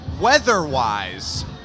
Weather-wise